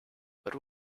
but